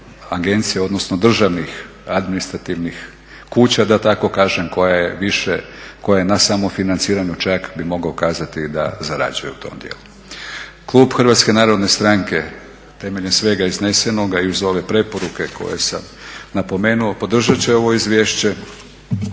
agencija odnosno državnih administrativnih kuća, da tako kažem, koja je na samofinanciranju čak bi mogao kazati da zarađuje u tom dijelu. Klub HNS-a temeljem svega iznesenoga i uz ove preporuke koje sam napomenuo podržat će ovo izvješće.